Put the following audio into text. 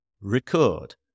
record